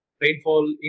rainfall